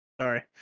Sorry